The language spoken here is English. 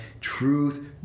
truth